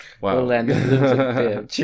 Wow